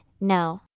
no